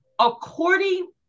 according